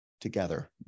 together